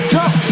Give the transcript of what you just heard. Jump